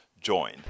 join